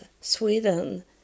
Sweden